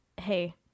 hey